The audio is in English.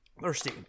thirsty